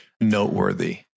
noteworthy